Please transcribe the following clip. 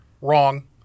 Wrong